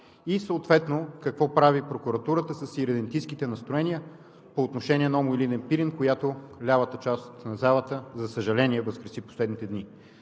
и съответно какво прави прокуратурата с иредентистките настроения по отношение на ОМО „Илинден“ – Пирин, която лявата част на залата, за съжаление, възкреси в последните дни?